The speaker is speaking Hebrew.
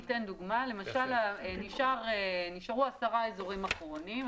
למשל נשארו עשרה אזורים אחרונים.